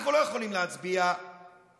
אנחנו לא יכולים להצביע בעד